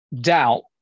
Doubt